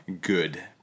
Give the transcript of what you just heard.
good